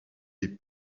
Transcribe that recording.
des